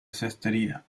cestería